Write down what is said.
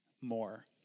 more